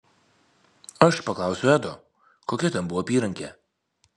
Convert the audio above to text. aš paklausiau edo kokia ten buvo apyrankė